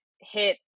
hit